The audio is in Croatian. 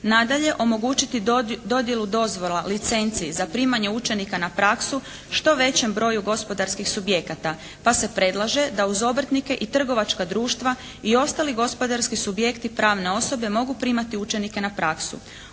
Nadalje omogućiti dodjelu dozvola, licenci za primanje učenika na praksu što većem broju gospodarskih subjekata. Pa se predlaže da uz obrtnike i trgovačka društva i ostali gospodarski subjekti, pravne osobe mogu primati učenike na praksu.